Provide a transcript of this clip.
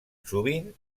sovint